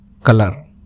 color